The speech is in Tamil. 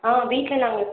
ஆ வீட்டில் நாங்கள்